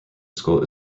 school